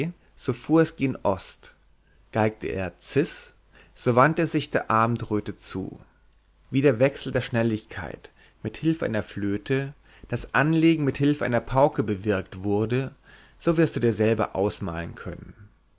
es gen ost geigte er cis so wandte es sich der abendröte zu wie der wechsel der schnelligkeit mit hilfe einer flöte das anlegen mit hilfe einer pauke bewirkt wurde wirst du dir selber ausmalen können